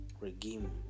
Regime